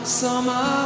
summer